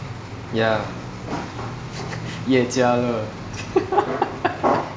ya ye jia le